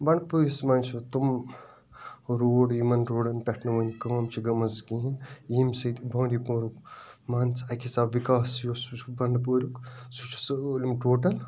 بنٛڈپوٗرِس مَنٛز چھ تِم روڈ یمن روڈَن پٮ۪ٹھ نہٕ وُنہِ کٲم چھِ گٔمٕژ ییٚمہِ سۭتۍ بانٛڈی پورہُک مان ژٕ اَکہِ حِساب وِکاس یُس سُہ سُہ چھُ بنٛڈٕ پوریُکۍ سُہ چھُ سٲلِم ٹوٹَل